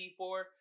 C4